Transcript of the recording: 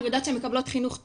אני יודעת שהן מקבלות חינוך טוב,